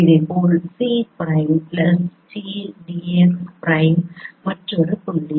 இதேபோல் C prime plus t d x prime மற்றொரு புள்ளி